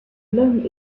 l’homme